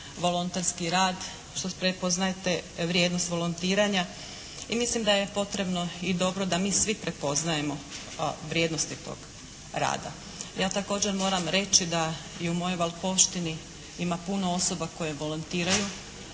volonterski rad, što prepoznajete vrijednost volontiranja. I mislim da je potrebno i dobro da mi svi prepoznajemo vrijednosti tog rada. Ja također moram reći da i u mojoj Valpovštini ima puno osoba koje volontiraju,